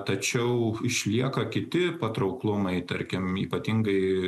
tačiau išlieka kiti patrauklumai tarkim ypatingai